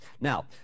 Now